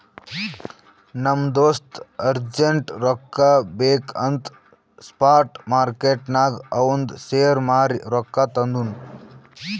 ನಮ್ ದೋಸ್ತ ಅರ್ಜೆಂಟ್ ರೊಕ್ಕಾ ಬೇಕ್ ಅಂತ್ ಸ್ಪಾಟ್ ಮಾರ್ಕೆಟ್ನಾಗ್ ಅವಂದ್ ಶೇರ್ ಮಾರೀ ರೊಕ್ಕಾ ತಂದುನ್